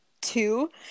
two